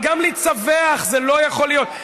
אבל גם לצווח, זה לא יכול להיות.